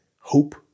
hope